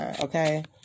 okay